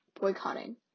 boycotting